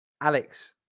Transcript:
Alex